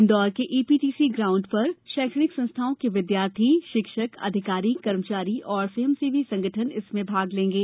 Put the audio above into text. इंदौर के APTC ground पर शैक्षणिक संस्थाओं के विद्यार्थी शिक्षक अधिकारी कर्मचारी और स्वयंसेवी संगठन इसमें भाग लेंगे